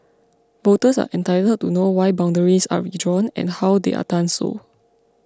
voters are entitled to know why boundaries are redrawn and how they are done so